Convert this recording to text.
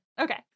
okay